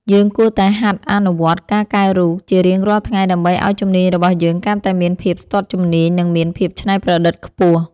យើងគួរតែហាត់អនុវត្តការកែរូបជារៀងរាល់ថ្ងៃដើម្បីឱ្យជំនាញរបស់យើងកាន់តែមានភាពស្ទាត់ជំនាញ និងមានភាពច្នៃប្រឌិតខ្ពស់។